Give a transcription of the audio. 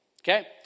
okay